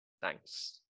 Thanks